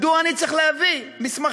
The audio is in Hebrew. מדוע אני צריך להביא מסמכים?